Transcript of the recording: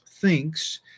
thinks